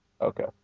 Okay